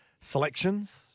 Selections